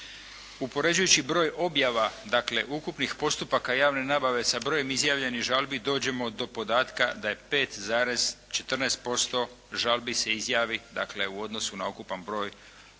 Upoređujući broj objava dakle ukupnih postupaka javne nabave sa brojem izjavljenih žalbi dođemo do podatka da je 5,14% žalbi se izjavi dakle u odnosu na ukupan broj nabava.